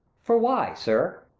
for why, sir?